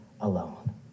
alone